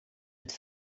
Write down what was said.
het